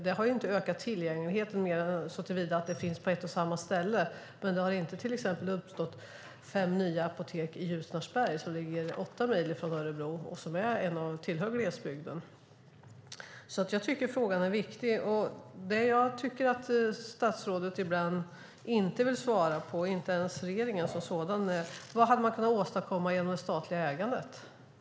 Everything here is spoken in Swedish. Det har inte ökat tillgängligheten mer än att de finns på ett och samma ställe - det har inte uppstått fem nya apotek i till exempel Ljusnarsberg, som ligger åtta mil från Örebro och tillhör glesbygden. Jag tycker alltså att frågan är viktig. Det jag ibland inte tycker att statsrådet eller ens regeringen vill svara på är: Vad hade man kunnat åstadkomma genom det statliga ägandet?